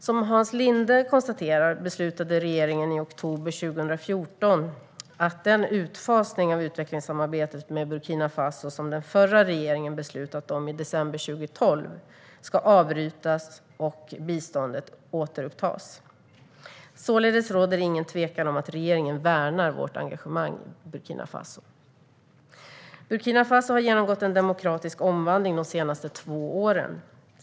Som Hans Linde konstaterar beslutade regeringen i oktober 2014 att den utfasning av utvecklingssamarbetet med Burkina Faso som den förra regeringen beslutat om i december 2012 skulle avbrytas och biståndet återupptas. Således råder ingen tvekan om att regeringen värnar vårt engagemang i Burkina Faso. Burkina Faso har genomgått en demokratisk omvandling de senaste två åren.